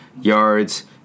yards